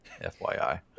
FYI